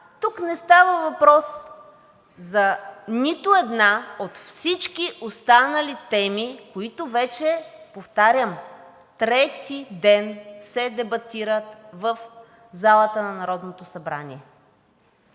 тук не става въпрос за нито една от всички останали теми, които вече – повтарям, трети ден се дебатират в залата на Народното събрание.